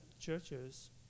churches